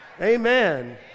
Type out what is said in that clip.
Amen